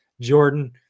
Jordan